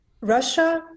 Russia